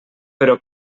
però